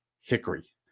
hickory